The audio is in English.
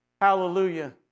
Hallelujah